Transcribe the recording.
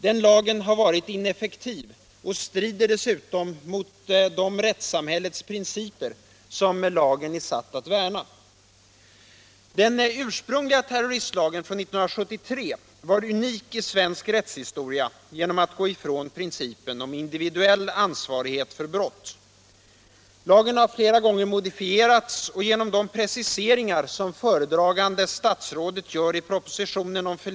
Den lagen har varit ineffektiv och strider dessutom mot de rättssamhällets principer som lagen är satt att värna.